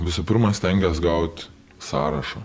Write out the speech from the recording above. visų pirma stengies gauti sąrašo